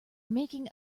making